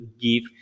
give